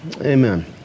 Amen